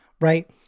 right